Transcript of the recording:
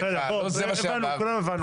בסדר, כולנו הבנו.